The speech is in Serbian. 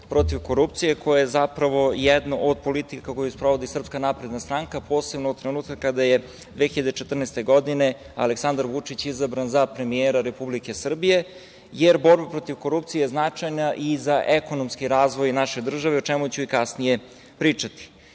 protiv korupcije koja je zapravo jedno od politika koju sprovodi SNS, posebno od trenutka kada je 2014. godine Aleksandar Vučić izabran za premijera Republike Srbije, jer borba protiv korupcije je značajna i za ekonomski razvoj naše države, o čemu ću i kasnije pričati. Moje